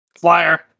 Flyer